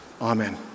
Amen